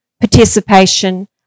participation